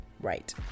right